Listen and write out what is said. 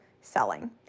selling